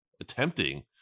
attempting